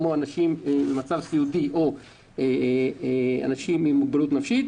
כמו אנשים במצב סיעודי או אנשים עם מוגבלות נפשית,